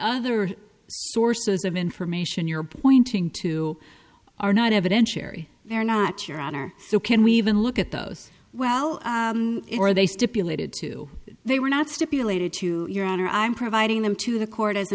other sources of information you're pointing to are not evidence they're not your honor so can we even look at those well or they stipulated to they were not stipulated to your honor i'm providing them to the court as a